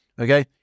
Okay